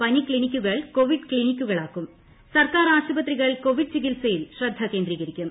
പനി ക്ലിനിക്കുകൾ കോവിഡ് ക്ലിനിക്കുകളാക്കും സർക്കാർ ആശുപത്രികൾ കോവിഡ് ചികിത്സയിൽ ശ്രദ്ധ കേന്ദ്രീകരിക്കും